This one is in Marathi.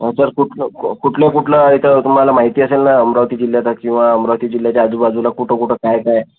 ऑफर कुट कुठला कुठला आहे तर तुम्हाला माहिती असेल ना अमरावती जिल्ह्यात किंवा अमरावती जिल्ह्याच्या आजूबाजूला कुठं कुठं काय काय आहे